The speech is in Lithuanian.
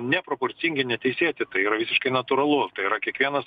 neproporcingi neteisėti tai yra visiškai natūralu tai yra kiekvienas